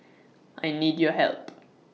I need your help